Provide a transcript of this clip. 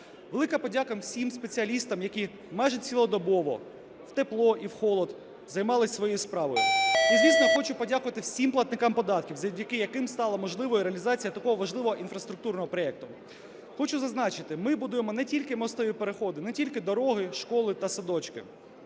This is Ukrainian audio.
Велика подяка всім спеціалістам, які майже цілодобово, в тепло і в холод, займалися своєю справою. І, звісно, хочу подякувати всім платникам податків, завдяки яким стала можливою реалізація такого важливого інфраструктурного проекту. Хочу зазначити, ми будуємо не тільки мостові переходи, не тільки дороги, школи та садочки